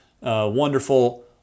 wonderful